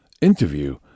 interview